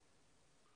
דקות.